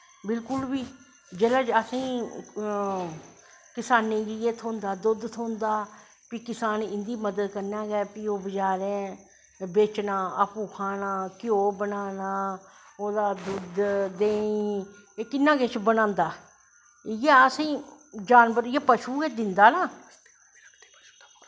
बिल्कुल बी जेह्ड़ा असेंगी किसानें गी गै थ्होंदा दुध्द थ्होंदा फ्ही इंसान इंदी मदद कन्नैं गै बचैरे बेचनां आपूं खाना घ्यो बनाना ओह्दा दुद्द देहीं एह् किन्ना किश बनांदा इयै असेंगी पशु गै दिंदा ना